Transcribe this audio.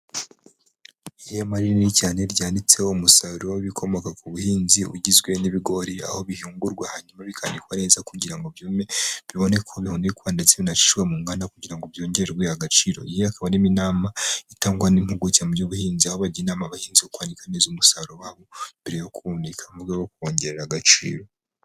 Ihema rinini cyane ryanitseho umusaruro w'ibikomoka ku buhinzi, ugizwe n'ibigori, aho bihingwa hanyuma bikanikwa neza kugira ngo byume, bibone uko bihunikwa ndetse binashyirwe mu nganda. Kugira ngo byongererwe agaciro. Iyi ikaba ari n'inama itangwa n'impuguke mu by'ubuhinzi, aho bagira inama abahinzi kwanika neza umusaruro wabo, mbere yo kuwuhunika, mu rwego rwo kuwongerera agaciro.